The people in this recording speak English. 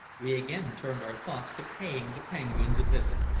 we again turned our thoughts to paying the penguins a visit.